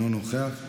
אינו נוכח,